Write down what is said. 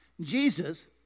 Jesus